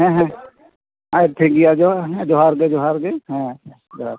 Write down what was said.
ᱦᱮᱸ ᱦᱮᱸ ᱟᱪᱪᱷᱟ ᱴᱷᱤᱠᱜᱮᱭᱟ ᱟᱫᱚ ᱡᱚᱦᱟᱨᱜᱮ ᱡᱚᱦᱟᱨᱜᱮ ᱦᱮᱸ ᱡᱚᱦᱟᱨ